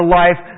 life